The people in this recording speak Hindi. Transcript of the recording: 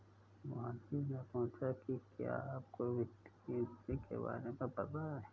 मोहनीश ने पूछा कि क्या आपको वित्तीय इंजीनियरिंग के बारे में पता है?